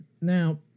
now